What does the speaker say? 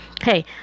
Hey